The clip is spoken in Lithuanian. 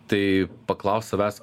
tai paklausk savęs